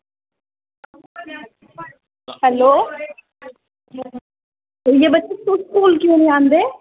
hello तुस बच्चे school क्यों नेईं आंदे